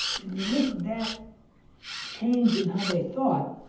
and with that change in how they thought,